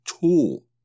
tool